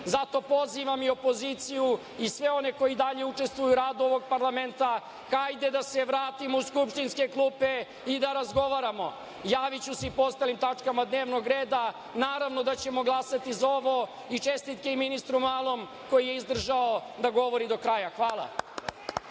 Zato pozivam i opoziciju i sve one koji dalje učestvuju u radu ovog parlamenta, hajde da se vratimo u skupštinske klupe i da razgovaramo. Javiću se i po ostalim tačkama dnevnog reda. Naravno da ćemo glasati za ovo. Čestitke i ministru Malom koji je izdržao da govori do kraja. Hvala.